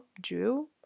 drew